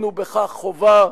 בבקשה.